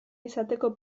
izateko